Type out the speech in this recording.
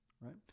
right